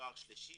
לתואר שלישי,